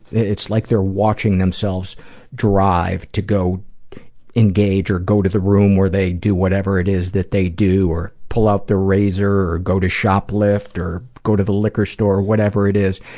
it's like they're watching themselves drive to go engage or go to the room where they do whatever it is that they do, or pull out their razor or go to shoplift or go to the liquor store, whatever it is.